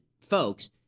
folks